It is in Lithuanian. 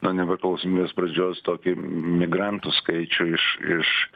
nuo nepriklausomybės pradžios tokį migrantų skaičių iš iš